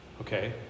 Okay